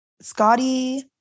Scotty